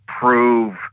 prove